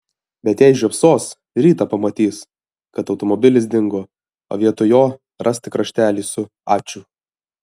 bet jei žiopsos rytą pamatys kad automobilis dingo o vietoj jo ras tik raštelį su ačiū